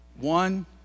One